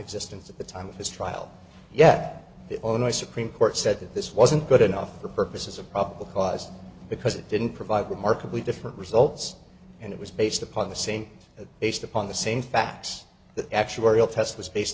existence at the time of his trial yet the only supreme court said that this wasn't good enough for purposes of probable cause because it didn't provide remarkably different results and it was based upon the same based upon the same facts that actuarial test was based